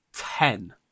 Ten